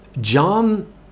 John